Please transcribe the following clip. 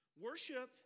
Worship